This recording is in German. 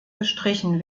gestrichen